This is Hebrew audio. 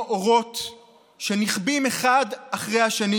כמו אורות שנכבים אחד אחרי השני,